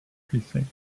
precinct